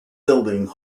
building